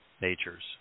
natures